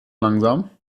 langsam